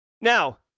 now